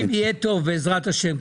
בעוד שנתיים יהיה טוב, בעזרת השם.